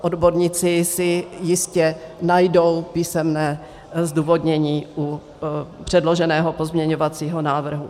Odborníci si jistě najdou písemné zdůvodnění u předloženého pozměňovacího návrhu.